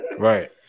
Right